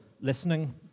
listening